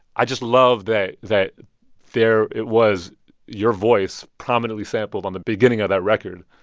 i just loved that that there it was your voice prominently sampled on the beginning of that record.